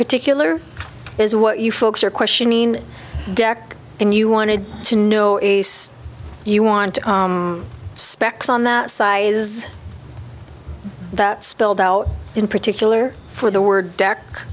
particular is what you folks are questioning deck and you wanted to know if you want to specs on that size is that spelled out in particular for the word